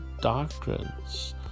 doctrines